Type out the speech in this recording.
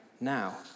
now